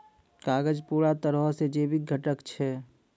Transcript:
कागज पूरा तरहो से जैविक घटक छै